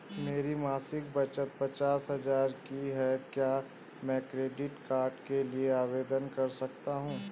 मेरी मासिक बचत पचास हजार की है क्या मैं क्रेडिट कार्ड के लिए आवेदन कर सकता हूँ?